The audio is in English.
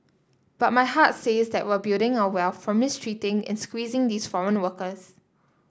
but my heart says that we're building our wealth from mistreating and squeezing these foreign workers